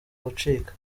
gucika